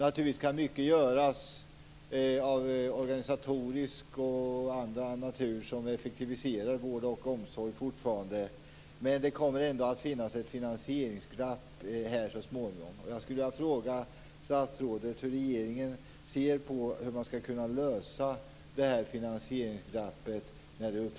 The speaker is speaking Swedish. Naturligtvis kan fortfarande mycket göras organisatoriskt och på andra sätt för att effektivisera vård och omsorg, men det kommer ändå här så småningom att finnas ett finansieringsglapp.